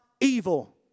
evil